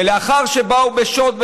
ולאחר שבאו בשוד,